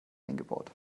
eingebaut